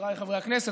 חבריי חברי הכנסת,